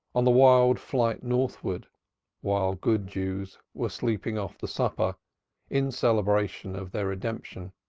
on the wild flight northwards while good jews were sleeping off the supper in celebration of their redemption